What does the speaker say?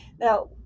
Now